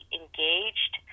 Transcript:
engaged